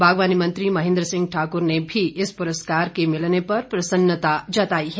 बागवानी मंत्री महेंद्र सिंह ठाकुर ने भी इस पुरस्कार के मिलने पर प्रसन्नता जताई है